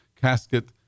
casket